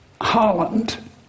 Holland